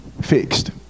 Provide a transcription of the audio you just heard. fixed